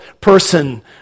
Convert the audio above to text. person